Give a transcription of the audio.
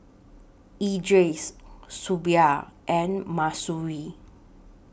Idris Shuib and Mahsuri